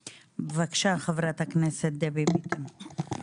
בבקשה, חברת הכנסת דבי ביטון.